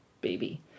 baby